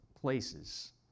places